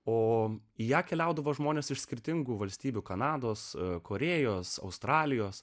o į ją keliaudavo žmonės iš skirtingų valstybių kanados korėjos australijos